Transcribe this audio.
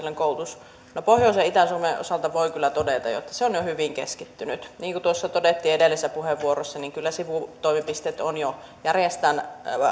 koulutus keskittyy pohjois ja itä suomen osalta voi kyllä todeta että se on jo hyvin keskittynyt niin kuin edellisessä puheenvuorossa todettiin kyllä sivutoimipisteet on jo järjestään